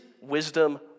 wisdom